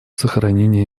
сохранения